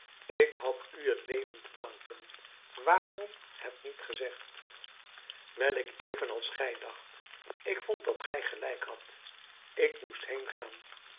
ik had u het leven te danken waarom het niet gezegd wijl ik even als gij dacht ik vond dat gij gelijk hadt ik moest heengaan